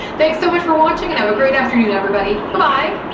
thanks so much for watching, and have a great afternoon, everybody. buh-bye!